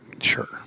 sure